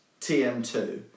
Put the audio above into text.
TM2